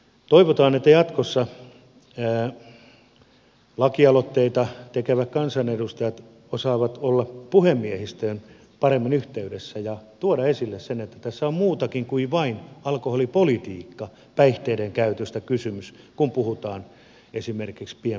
toivotaan että jatkossa lakialoitteita tekevät kansanedustajat osaavat olla puhemiehistöön paremmin yhteydessä ja tuoda esille sen että tässä on muukin kuin vain alkoholipolitiikka päihteiden käyttö kysymyksessä kun puhutaan esimerkiksi pienpanimoista